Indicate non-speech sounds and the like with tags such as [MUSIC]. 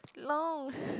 long [LAUGHS]